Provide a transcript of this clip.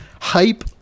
hype